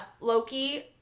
Loki